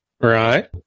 Right